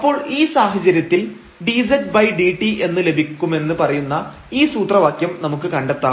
അപ്പോൾ ഈ സാഹചര്യത്തിൽ dzdt എന്ന് ലഭിക്കുമെന്ന് പറയുന്ന ഈ സൂത്രവാക്യം നമുക്ക് കണ്ടെത്താം